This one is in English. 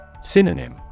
Synonym